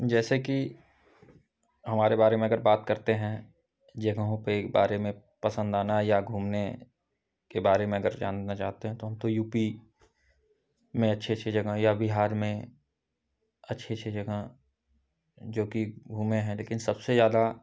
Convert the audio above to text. जैसे कि हमारे बारे में अगर बात करते हैं यह गाँव के बारे में पसन्द आना या घूमने के बारे में अगर जानना चाहते हैं तो हम तो यू पी में अच्छी अच्छी जगहें या बिहार में अच्छी अच्छी जगह जोकि घूमे हैं लेकिन सबसे ज़्यादा